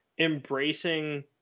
embracing